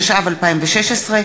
התשע"ו 2016,